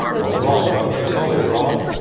or the rod rather, a solid rod.